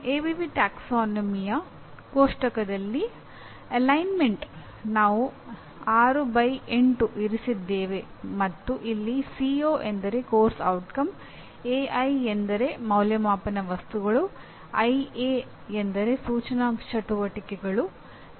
ABV taxonomy ಕೋಷ್ಟಕದಲ್ಲಿ ಎಂದರೆ ಸೂಚನಾ ಚಟುವಟಿಕೆಗಳು